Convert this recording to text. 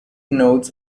nodes